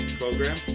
program